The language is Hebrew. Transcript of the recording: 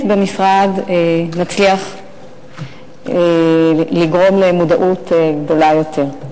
במשרד נצליח לגרום למודעות גדולה יותר.